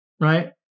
right